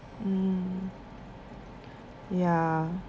mm ya